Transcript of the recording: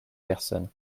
personnes